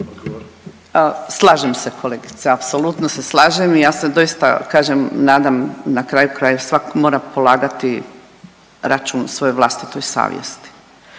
Slažem se kolegice, apsolutno se slažem i ja se doista kažem nadam na kraju kraja svak mora polagati račun svojoj vlastitoj savjesti